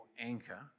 anchor